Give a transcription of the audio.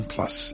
Plus